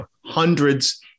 hundreds